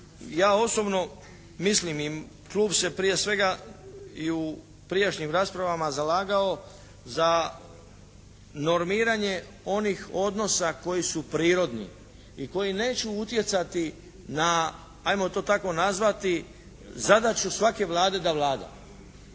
ja osobno mislim i klub se prije svega i u prijašnjim raspravama zalagao za normiranje onih odnosi koji su prirodni i koji neće utjecati na ajmo to tako nazvati zadaću svake Vlade da vlada.